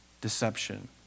deception